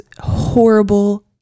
horrible